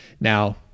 Now